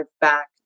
back